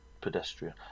Pedestrian